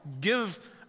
give